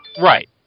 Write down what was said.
Right